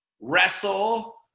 wrestle